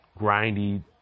grindy